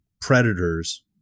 predators